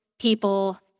people